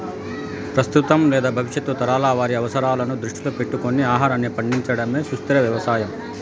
ప్రస్తుతం లేదా భవిష్యత్తు తరాల వారి అవసరాలను దృష్టిలో పెట్టుకొని ఆహారాన్ని పండించడమే సుస్థిర వ్యవసాయం